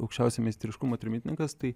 aukščiausio meistriškumo trimitininkas tai